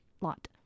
lot